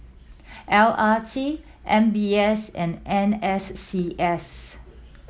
L R T M B S and N S C S